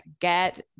get